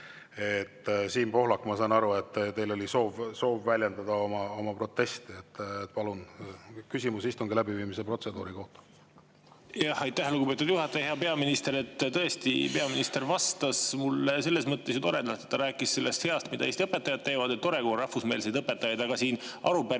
Siim Pohlak, ma saan aru, et teil oli soov väljendada oma protesti. Palun küsimus istungi läbiviimise protseduuri kohta. Aitäh, lugupeetud juhataja! Hea peaminister! Tõesti, peaminister vastas mulle selles mõttes ju toredalt, et ta rääkis sellest, mida Eesti õpetajad teevad. Tore, kui on rahvusmeelseid õpetajaid. Aga siin arupärimises